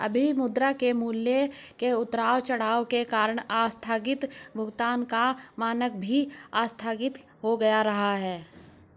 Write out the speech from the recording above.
अभी मुद्रा के मूल्य के उतार चढ़ाव के कारण आस्थगित भुगतान का मानक भी आस्थगित हो रहा है